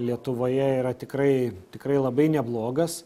lietuvoje yra tikrai tikrai labai neblogas